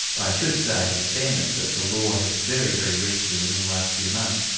i should say in fairness that the law has very, very recently, within the last few months,